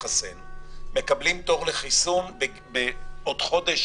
להתחסן ומקבלים תור לחיסון בעוד חודש,